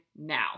now